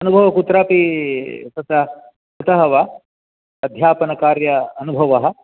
अनुभवः कुत्रापि तत्र कृतः वा अध्यापनकार्य अनुभवः